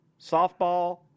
softball